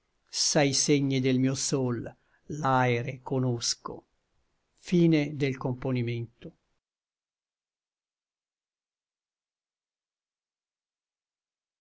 meno s'ai segni del mio sol l'aere conosco le